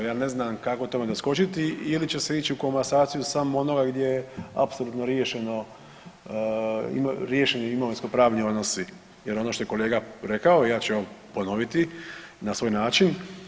Ja ne znam kako tome doskočiti ili će se ići u komasaciju samo onoga gdje je apsolutno riješeno, riješeni imovinskopravni odnosi jer ono što je kolega rekao ja ću vam ponoviti na svoj način.